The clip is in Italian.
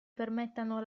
permettano